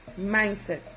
Mindset